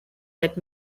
that